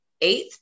eighth